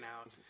out